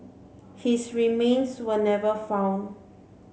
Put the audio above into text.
his remains were never found